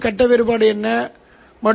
C கூறு எதுவும் இருக்காது